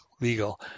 legal